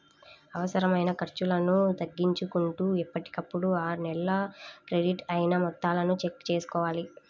అనవసరమైన ఖర్చులను తగ్గించుకుంటూ ఎప్పటికప్పుడు ఆ నెల క్రెడిట్ అయిన మొత్తాలను చెక్ చేసుకోవాలి